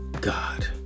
God